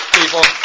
people